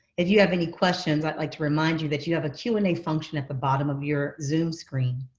if you have any questions, i'd like to remind you that you have a q and a function at the bottom of your zoom screen.